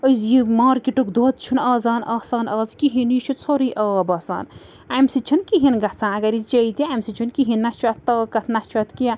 أزۍ یہِ مارکیٚٹُک دۄدھ چھُنہٕ آزان آسان آز کِہیٖنۍ یہِ چھُ ژھورُے آب آسان اَمہِ سۭتۍ چھُنہٕ کِہیٖنۍ گژھان اَگر یہِ چیٚیہِ تہِ اَمہِ سۭتۍ چھُنہٕ کِہیٖنۍ نَہ چھُ اَتھ طاقت نہ چھُ اَتھ کیٚنٛہہ